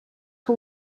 que